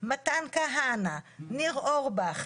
עבירות מס,